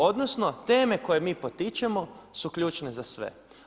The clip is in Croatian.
Odnosno teme koje mi potičemo su ključne za sve.